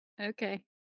okay